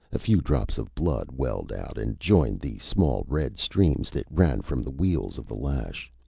a few drops of blood welled out and joined the small red streams that ran from the weals of the lash.